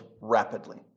rapidly